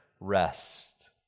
Rest